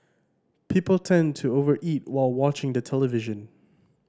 people tend to over eat while watching the television